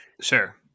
Sure